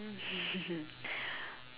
um